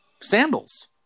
sandals